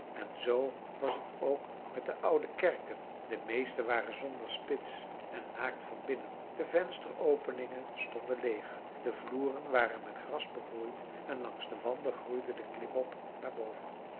en zoo was het ook met de oude kerken de meesten waren zonder spits en naakt van binnen de vensteropeningen stonden leeg de vloeren waren met gras begroeid en langs de wanden groeide de klimop naar boven